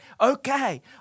okay